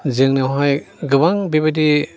जोंनावहाय गोबां बेबायदि